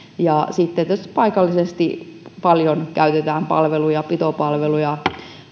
ja sitten tietysti paikallisesti paljon käytetään palveluja pitopalveluja